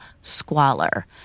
squalor